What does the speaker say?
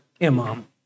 imam